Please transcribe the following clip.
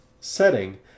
setting